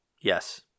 Yes